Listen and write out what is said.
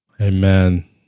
Amen